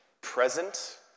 present